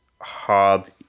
hard